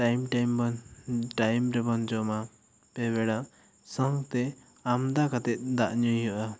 time time ᱵᱚᱱ time ᱨᱮᱵᱚᱱ ᱡᱚᱢᱟ ᱯᱮ ᱵᱮᱲᱟ ᱥᱟᱶᱛᱮ ᱟᱢᱫᱟ ᱠᱟᱛᱮᱜ ᱫᱟᱜ ᱧᱩ ᱦᱩᱭᱩᱜᱼᱟ